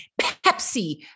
Pepsi